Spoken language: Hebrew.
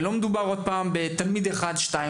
ושוב, לא מדובר בתלמיד או שניים,